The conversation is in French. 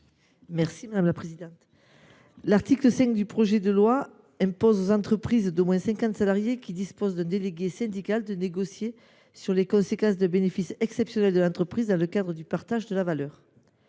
n° 81 rectifié. L’article 5 du projet de loi vise à imposer aux entreprises d’au moins 50 salariés qui disposent d’un délégué syndical de négocier sur les conséquences des bénéfices exceptionnels de l’entreprise dans le cadre du partage de la valeur.